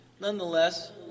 Nonetheless